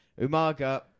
Umaga